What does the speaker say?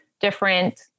different